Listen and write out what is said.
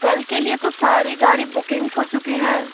कल के लिए तो सारी गाड़ी बुकिंग्स हो चुके हैं